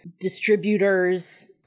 distributors